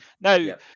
now